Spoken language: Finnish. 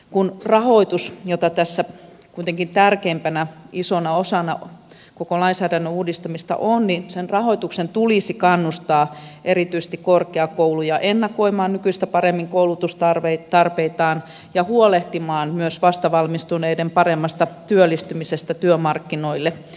kun rahoitus tässä kuitenkin tärkeimpänä isona osana koko lainsäädännön uudistamista on niin sen rahoituksen tulisi kannustaa erityisesti korkeakouluja ennakoimaan nykyistä paremmin koulutustarpeitaan ja huolehtimaan myös vastavalmistuneiden paremmasta työllistymisestä työmarkkinoille